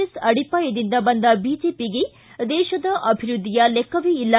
S ಅಡಿಪಾಯದಿಂದ ಬಂದ ಬಿಜೆಪಿಗೆ ದೇಶದ ಅಭಿವೃದ್ಧಿಯ ಲೆಕ್ಕವೇ ಇಲ್ಲ